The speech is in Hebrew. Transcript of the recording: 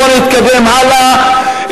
בוא נתקדם הלאה,